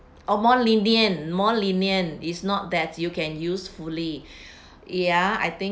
oh more lenient more lenient is not that you can use fully yeah I think